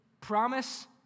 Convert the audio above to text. promise